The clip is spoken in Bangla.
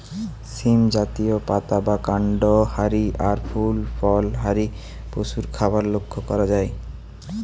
সীম জাতীয়, পাতা বা কান্ড হারি আর ফুল ফল হারি পশুর খাবার লক্ষ করা যায়